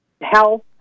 health